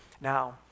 now